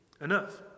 enough